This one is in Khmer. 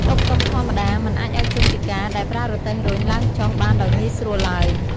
តុកតុកធម្មតាមិនអាចឱ្យជនពិការដែលប្រើរទេះរុញឡើងចុះបានដោយងាយស្រួលឡើយ។